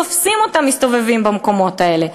תופסים אותם מסתובבים במקומות האלה.